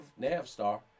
Navstar